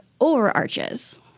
overarches